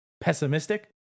pessimistic